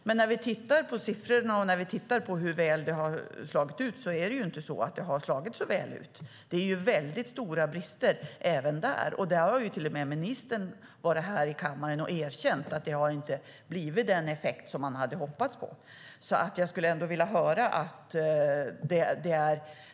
Men när vi tittar på siffrorna och på hur väl det har slagit ut ser vi att det inte har slagit så väl ut. Det är väldigt stora brister även där. Ministern har till och med varit här i kammaren och erkänt att det inte har blivit den effekt som man hade hoppats på.